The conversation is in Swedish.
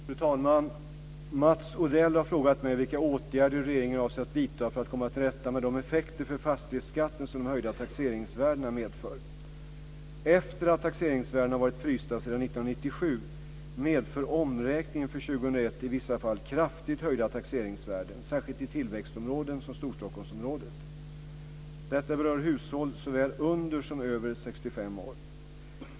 Fru talman! Mats Odell har frågat mig vilka åtgärder regeringen avser att vidta för att komma till rätta med de effekter för fastighetsskatten som de höjda taxeringsvärdena medför. Efter att taxeringsvärdena har varit frysta sedan 1997 medför omräkningen för 2001 i vissa fall kraftigt höjda taxeringsvärden, särskilt i tillväxtområden som Storstockholmsområdet. Detta berör hushåll såväl under som över 65 år.